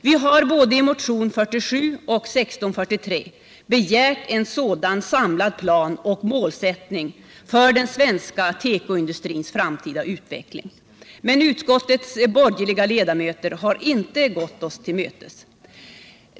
Vi har alltså både i motion 47 och i motion 1643 begärt en sådan samlad plan och målsättning för den svenska tekoindustrins framtida utveckling, men utskottets borgerliga ledamöter har inte gått oss till mötes.